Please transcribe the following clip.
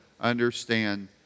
understand